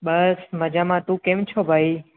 બસ મજામાં તું કેમ છો ભાઈ